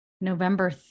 November